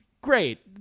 great